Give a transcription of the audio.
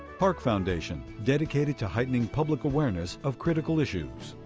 park foundation, dedicated to heightening public awareness of critical issues.